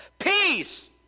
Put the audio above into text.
Peace